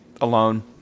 alone